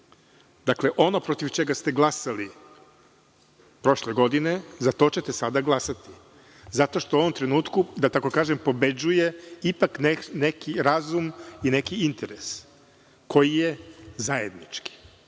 glasa. Dakle, ono protiv čega ste glasali prošle godine, za to ćete sada glasati zato što u ovom trenutku, da tako kažem, pobeđuje ipak neki razum i neki interes koji je zajednički. Znam